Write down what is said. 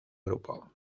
grupo